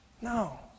No